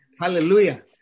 Hallelujah